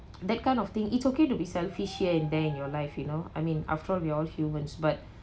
that kind of thing it's okay to be selfish here and there in your life you know I mean after all we all humans but